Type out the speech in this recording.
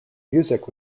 music